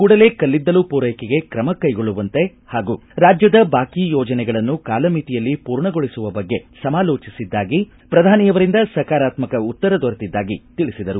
ಕೂಡಲೇ ಕಲ್ಲಿದ್ದಲು ಪೂರೈಕೆಗೆ ಕ್ರಮ ಕೈಗೊಳ್ಳುವಂತೆ ಹಾಗೂ ರಾಜ್ಯದ ಬಾಕಿ ಯೋಜನೆಗಳನ್ನು ಕಾಲಮಿತಿಯಲ್ಲಿ ಪೂರ್ಣಗೊಳಿಸುವ ಬಗ್ಗೆ ಸಮಾಲೋಟಿಸಿದ್ದಾಗಿ ಪ್ರಧಾನಿಯವರಿಂದ ಸಕಾರಾತ್ಮಕ ಉತ್ತರ ದೊರೆತಿದ್ದಾಗಿ ತಿಳಿಸಿದರು